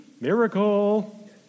Miracle